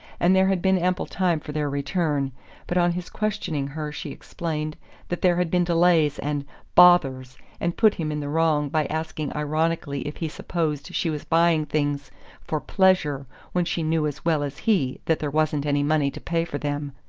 and there had been ample time for their return but on his questioning her she explained that there had been delays and bothers and put him in the wrong by asking ironically if he supposed she was buying things for pleasure when she knew as well as he that there wasn't any money to pay for them.